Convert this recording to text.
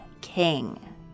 king